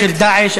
של "דאעש",